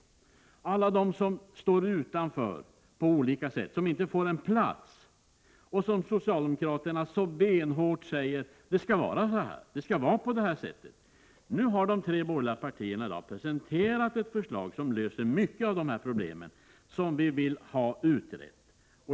Det gäller alla dem som på olika sätt står utanför, som inte får en plats, medan socialdemokraterna så benhårt säger: Det skall vara på det här sättet. Nu har alltså de borgerliga partierna i dag presenterat ett förslag som löser mycket av de här problemen, ett förslag som vi vill ha utrett.